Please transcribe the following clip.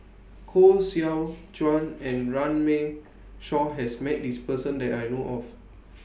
Koh Seow Chuan and Runme Shaw has Met His Person that I know of